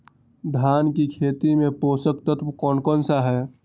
धान की खेती में पोषक तत्व कौन कौन सा है?